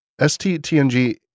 STTNG